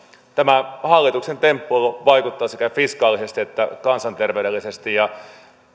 tämä hallituksen temppuilu vaikuttaa sekä fiskaalisesti että kansanterveydellisesti